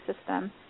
system